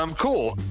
um cool.